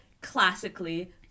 classically